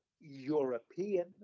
European